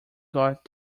got